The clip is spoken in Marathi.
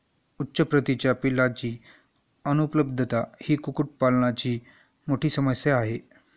उच्च प्रतीच्या पिलांची अनुपलब्धता ही कुक्कुटपालनाची मोठी समस्या आहे